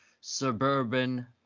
suburban